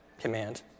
command